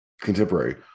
contemporary